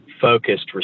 focused